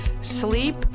sleep